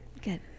Good